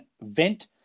Vent